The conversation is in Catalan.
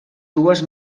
dues